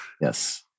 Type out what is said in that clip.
Yes